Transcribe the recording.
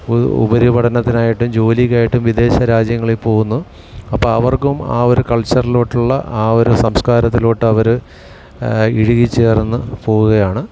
ഉപരി പഠനത്തിനായിട്ടും ജോലിക്കായിട്ടും വിദേശരാജ്യങ്ങളിൽ പോകുന്നു അപ്പം അവർക്കും ആ ഒരു കൾച്ചറിലോട്ടുള്ള ആ ഒരു സംസ്കാരത്തിലോട്ട് അവർ ഇഴുകി ചേർന്നു പോവുകയാണ്